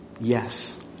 Yes